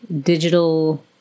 digital